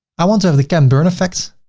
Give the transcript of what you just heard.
i want to have the ken burn effect,